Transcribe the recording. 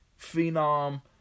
phenom